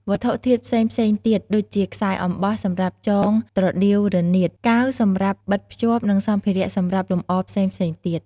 វត្ថុធាតុផ្សេងៗទៀត ដូចជាខ្សែអំបោះសម្រាប់ចងត្រដេវរនាត កាវសម្រាប់បិទភ្ជាប់ និងសម្ភារៈសម្រាប់លម្អផ្សេងៗទៀត។